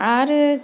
आरो